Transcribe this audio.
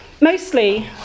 Mostly